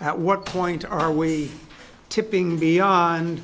at what point are we tipping beyond